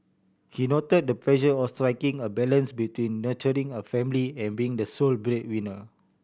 he noted the of striking a balance between nurturing a family and being the sole breadwinner